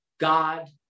god